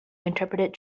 interpreted